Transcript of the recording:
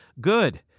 Good